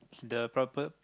the proper